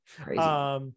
Crazy